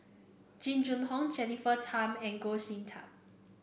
Jing Jun Hong Jennifer Tham and Goh Sin Tub